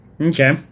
Okay